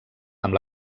amb